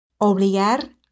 Obligar